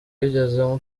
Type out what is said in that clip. yigeze